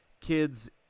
kids